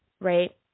right